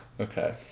Okay